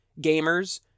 gamers